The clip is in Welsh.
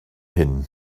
hyn